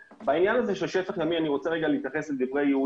אני יכולה לפלח את התקלות לפי גורמי כשל מרכזיים.